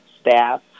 staff